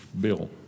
bill